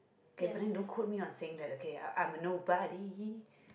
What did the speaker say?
okay but then don't quote me on saying that okay I I'm a nobody